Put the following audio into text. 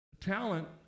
talent